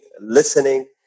listening